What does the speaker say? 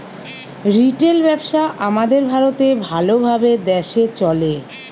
retail ব্যবসা আমাদের ভারতে ভাল ভাবে দ্যাশে চলে